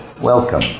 welcome